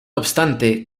obstante